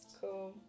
Cool